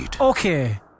Okay